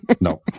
No